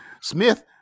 Smith